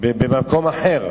במקום אחר.